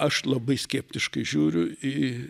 aš labai skeptiškai žiūriu į